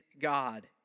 God